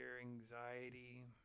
anxiety